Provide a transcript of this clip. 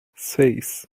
seis